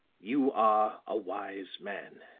you are a wise man.